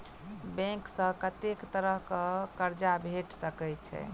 Bank सऽ कत्तेक तरह कऽ कर्जा भेट सकय छई?